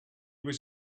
was